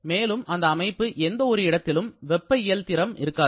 மேலும் அந்த அமைப்பு எந்த ஒரு இடத்திலும் வெப்ப இயல்திறம் இருக்காது